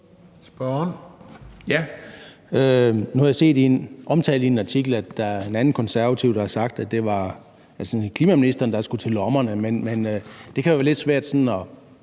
Rasmussen (EL): Nu har jeg set omtalt i en artikel, at der er en anden konservativ, der har sagt, at det var klimaministeren, der skulle til lommerne, men det kan jo være lidt svært sådan at